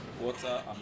water